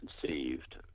conceived